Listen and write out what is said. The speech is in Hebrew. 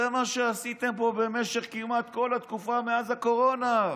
זה מה שעשיתם פה במשך כמעט כל התקופה מאז הקורונה.